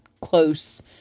close